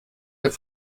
der